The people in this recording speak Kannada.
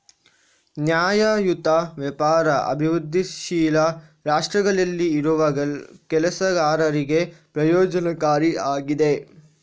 ನ್ಯಾಯಯುತ ವ್ಯಾಪಾರ ಅಭಿವೃದ್ಧಿಶೀಲ ರಾಷ್ಟ್ರಗಳಲ್ಲಿ ಇರುವ ಕೆಲಸಗಾರರಿಗೆ ಪ್ರಯೋಜನಕಾರಿ ಆಗಿದೆ